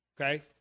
Okay